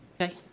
Okay